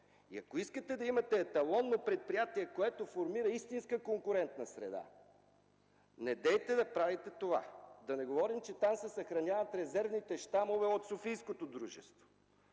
Ако искате да имате еталонно предприятие, което формира истинска конкурентна среда, недейте да правите това! Да не говорим, че там се съхраняват резервните щамове от софийското дружество.